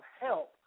help